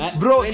bro